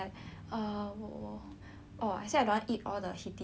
oh I say I don't want eat all the heaty stuff you know the 过年饼